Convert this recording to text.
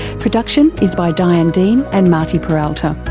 production is by diane dean and marty peralta.